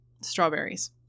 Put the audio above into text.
Strawberries